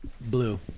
Blue